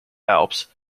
alps